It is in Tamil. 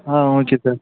ah okay sir